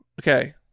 Okay